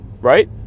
right